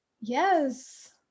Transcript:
Yes